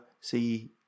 See